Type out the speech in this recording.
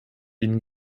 ihn